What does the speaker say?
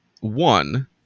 one